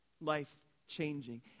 life-changing